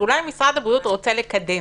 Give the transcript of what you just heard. שאולי משרד הבריאות רוצה לקדם,